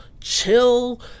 chill